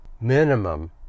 minimum